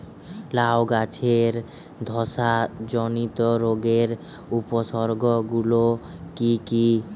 লাউ গাছের ধসা জনিত রোগের উপসর্গ গুলো কি কি?